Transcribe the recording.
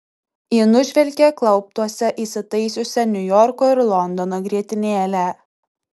ji nužvelgė klauptuose įsitaisiusią niujorko ir londono grietinėlę